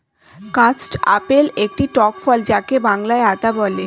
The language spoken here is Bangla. কাস্টার্ড আপেল একটি টক ফল যাকে বাংলায় আতা বলে